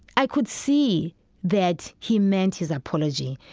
i could see that he meant his apology.